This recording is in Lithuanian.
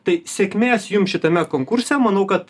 tai sėkmės jums šitame konkurse manau kad